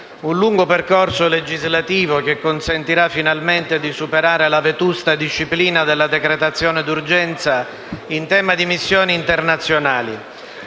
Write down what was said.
un lungo percorso legislativo che consentirà finalmente di superare la vetusta disciplina della decretazione d'urgenza in tema di missioni internazionali.